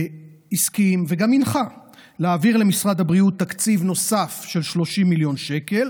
הסכים וגם הנחה להעביר למשרד הבריאות תקציב נוסף של 30 מיליון שקל